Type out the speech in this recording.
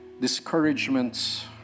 discouragements